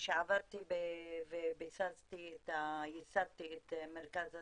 כשעבדתי וייסדתי את מרכז הסיוע,